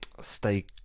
stay